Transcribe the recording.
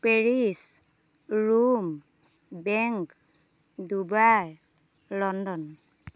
Paris Rome bank Dubai London